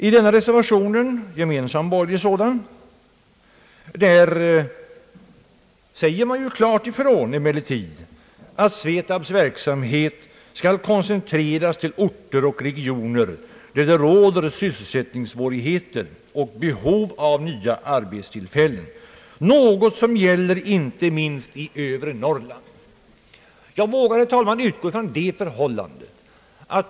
I denna reservation, som är en gemensam borgerlig reservation, säger man emellertid klart ifrån att SVETAB:s verksamhet skall »koncentreras till orter och regioner där det råder sysselsättningssvårigheter och behov av nya arbetstillfällen, något som gäller inte minst i övre Norrland».